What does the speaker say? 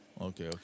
okay